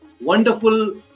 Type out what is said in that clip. wonderful